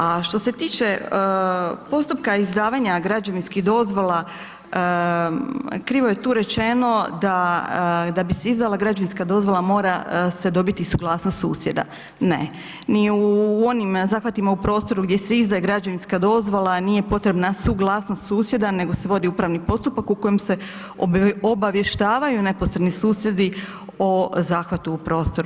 A što se tiče postupka izdavanja građevinskih dozvola, krivo je tu rečeno da da bi se izdala građevinska dozvola mora se dobiti suglasnost susjeda, ne, ni u onim zahvatima u prostoru gdje se izdaje građevinska dozvola nije potrebna suglasnost susjeda nego se vodi upravi postupak u kojem se obavještavaju neposredni susjedi o zahvatu u prostoru.